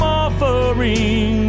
offering